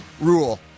rule